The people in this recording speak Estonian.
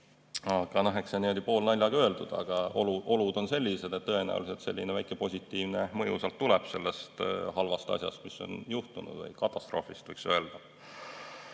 Eks see on poolnaljaga öeldud, aga olud on sellised, et tõenäoliselt selline väike positiivne mõju tuleb sellest halvast asjast, mis on juhtunud, või katastroofist, võiks öelda.